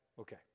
Okay